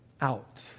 out